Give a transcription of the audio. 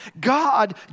God